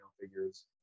figures